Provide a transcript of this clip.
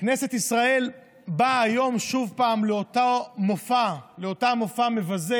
כנסת ישראל באה היום שוב לאותו מופע מבזה